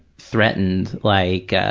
threatened. like